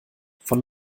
von